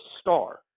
star